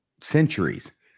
centuries